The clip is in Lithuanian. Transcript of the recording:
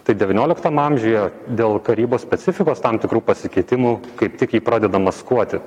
tai devynioliktam amžiuje dėl karybos specifikos tam tikrų pasikeitimų kaip tik ji pradeda maskuoti